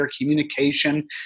communication